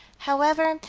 however,